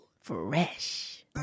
Fresh